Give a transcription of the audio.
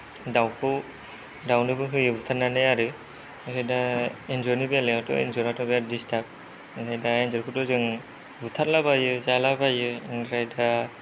दाउखौ दाउनोबो होयो बुथारनानै आरो आरो दा एन्जरनि बेलायावथ' एन्जराथ' बिराद दिस्थाब ओमफ्राय दा एन्जरखौथ' जों बुथारलाबायो जालाबायो ओमफ्राय दा